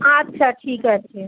আচ্ছা ঠিক আছে